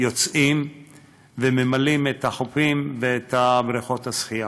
יוצאים וממלאים את החופים ואת בריכות השחייה.